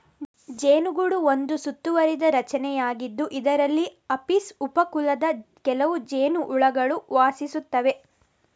ಜೇನುಗೂಡು ಒಂದು ಸುತ್ತುವರಿದ ರಚನೆಯಾಗಿದ್ದು, ಇದರಲ್ಲಿ ಅಪಿಸ್ ಉಪ ಕುಲದ ಕೆಲವು ಜೇನುಹುಳುಗಳು ವಾಸಿಸುತ್ತವೆ